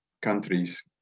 countries